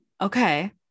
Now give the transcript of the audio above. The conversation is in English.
okay